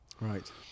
Right